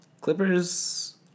Clippers